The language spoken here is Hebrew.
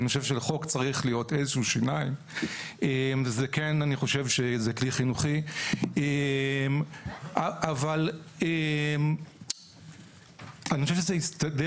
אבל זה יסתדר אם לא ב-100% אז ב-80% או ב-70% וכל חנווני ידאג